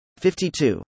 52